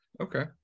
Okay